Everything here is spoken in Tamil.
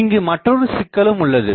இங்கு மற்றொரு சிக்கலும் உள்ளது